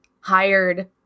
hired